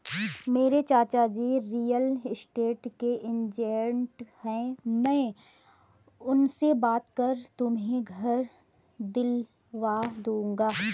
मेरे चाचाजी real estate के एजेंट है मैं उनसे बात कर तुम्हें घर दिलवा दूंगा